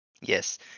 Yes